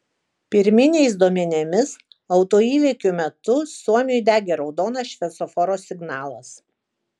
pirminiais duomenimis autoįvykio metu suomiui degė raudonas šviesoforo signalas